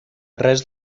res